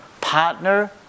partner